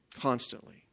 Constantly